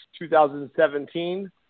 2017